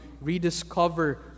rediscover